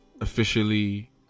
officially